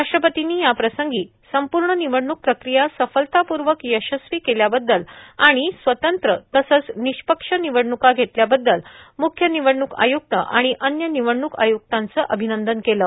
राष्ट्रपर्तींनी याप्रसंगी संपूर्ण निवडणूक प्रक्रिया सफलतापूर्वक यशस्वी केल्याबद्दल आणि स्वतंत्र तसंच निष्पक्ष निवडणूका घेतल्याबद्दल मुख्य निवडणूक आयुक्त आणि अन्य निवडणूक आय्क्तांचं अभिनंदन केलं